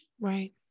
right